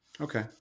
Okay